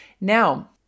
Now